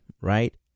right